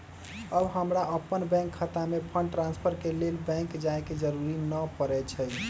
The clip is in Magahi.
अब हमरा अप्पन बैंक खता में फंड ट्रांसफर के लेल बैंक जाय के जरूरी नऽ परै छइ